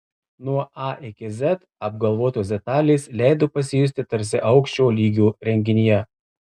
nuo a iki z apgalvotos detalės leido pasijusti tarsi aukščio lygio renginyje